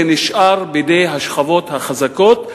זה נשאר בידי השכבות החזקות,